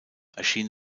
erschien